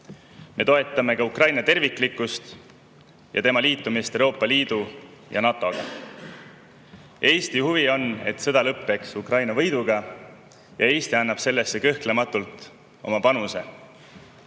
Me toetame ka Ukraina terviklikkust ning Ukraina liitumist Euroopa Liidu ja NATO-ga. Eesti huvi on, et sõda lõpeks Ukraina võiduga, ja Eesti annab sellesse kõhklematult oma panuse.